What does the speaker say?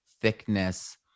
thickness